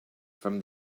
from